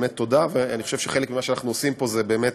תודה, ואני חושב שחלק ממה שאנחנו עושים פה זה באמת